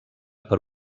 per